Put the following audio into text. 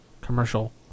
commercial